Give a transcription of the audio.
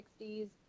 60s